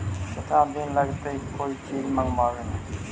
केतना दिन लगहइ कोई चीज मँगवावे में?